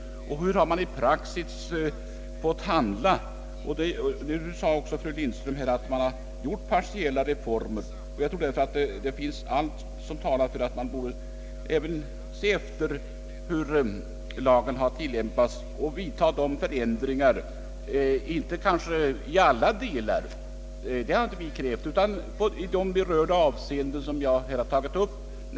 Fru Lindström talar om att man har gjort partiella reformer, och jag tycker att man också borde se efter hur lagen tilllämpats och vidta behövliga förändringar. Vi har inte krävt ändringar i alla delar, utan i de avseenden vi tagit upp.